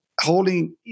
holding